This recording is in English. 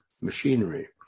machinery